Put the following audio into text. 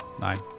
nine